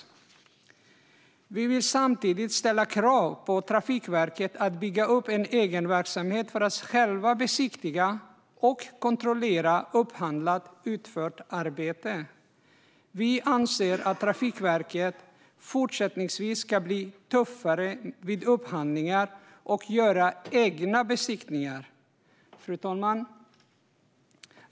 Samtidigt vill vi ställa krav på Trafikverket att man ska bygga upp en egen verksamhet för att själv besiktiga och kontrollera upphandlat och utfört arbete. Vi anser att Trafikverket fortsättningsvis ska bli tuffare vid upphandlingar och göra egna besiktningar. Fru talman!